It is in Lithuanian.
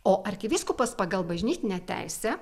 o arkivyskupas pagal bažnytinę teisę